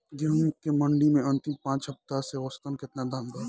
गेंहू के मंडी मे अंतिम पाँच हफ्ता से औसतन केतना दाम बा?